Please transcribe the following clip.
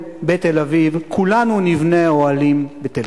בתל-אביב, כולנו נבנה אוהלים בתל-אביב.